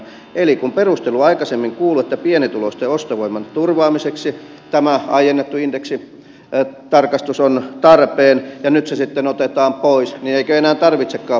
eli kun perustelu aikaisemmin kuului että pienituloisten ostovoiman turvaamiseksi tämä aiennettu indeksitarkastus on tarpeen ja nyt se sitten otetaan pois niin eikö enää tarvitsekaan huolehtia pienituloisten ostovoiman turvaamisesta